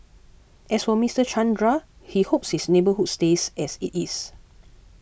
as for Mister Chandra he hopes his neighbourhood stays as it is